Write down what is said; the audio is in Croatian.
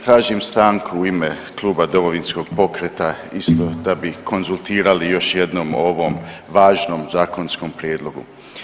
Tražim stanku u ime kluba Domovinskog pokreta isto da bi konzultirali još jednom o ovom važnom zakonskom prijedlogu.